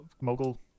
mogul